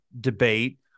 debate